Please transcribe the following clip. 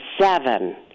seven